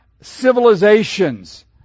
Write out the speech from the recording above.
civilizations